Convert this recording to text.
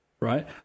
right